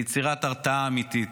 ליצירת הרתעה אמיתית.